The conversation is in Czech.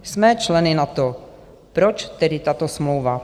Jsme členy NATO, proč tedy tato smlouva?